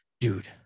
dude